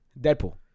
Deadpool